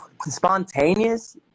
spontaneous